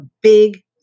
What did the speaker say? big